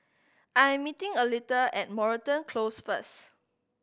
I'm meeting Aletha at Moreton Close first